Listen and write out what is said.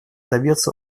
добьется